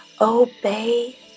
Obey